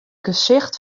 gesicht